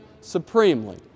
supremely